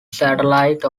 satellite